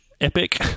epic